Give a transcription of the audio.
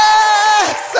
Yes